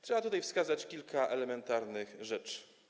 Trzeba tutaj wskazać kilka elementarnych rzeczy.